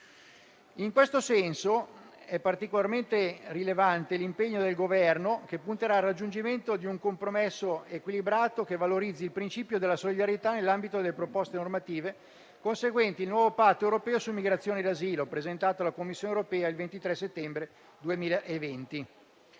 In questo senso è particolarmente rilevante l'impegno del Governo che punterà al raggiungimento di un compromesso equilibrato che valorizzi il principio della solidarietà nell'ambito delle proposte normative conseguenti il nuovo patto europeo su migrazione e asilo, presentato alla Commissione europea il 23 settembre 2020.